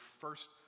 first